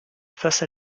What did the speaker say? face